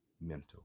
mental